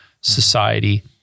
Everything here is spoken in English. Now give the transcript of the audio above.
society